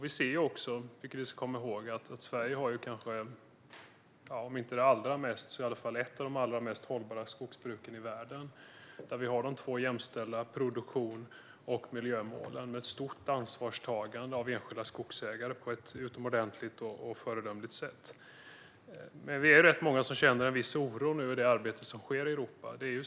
Vi ser också, vilket vi ska komma ihåg, att Sveriges skogsbruk är om inte det allra mest så i alla fall ett av de allra mest hållbara i världen. Vi har de jämställda produktions och miljömålen med stort ansvarstagande av enskilda skogsägare på ett utomordentligt och föredömligt sätt. Men vi är rätt många som känner viss oro för det arbete som nu sker i Europa.